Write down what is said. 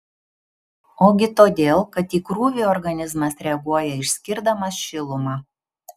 ogi todėl kad į krūvį organizmas reaguoja išskirdamas šilumą